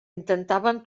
intentaven